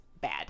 bad